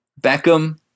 Beckham